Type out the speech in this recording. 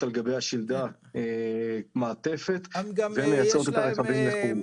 על גבי השלדה מעטפת ומייצרת את הרכבים לחו"ל.